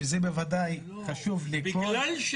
שזה בוודאי חשוב לכל --- לא,